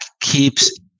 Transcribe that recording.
keeps